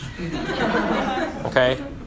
Okay